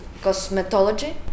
cosmetology